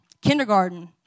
kindergarten